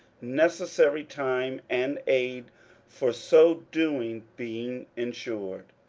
necessary time and aid for so doing being ensured.